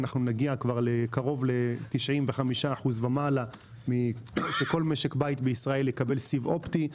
נגיע קרוב ל-95% ומעלה וכל משק בית בישראל יקבל סיב אופטי.